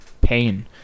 pain